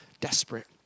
desperate